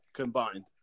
combined